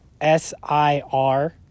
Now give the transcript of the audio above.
s-i-r